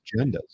agendas